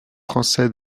français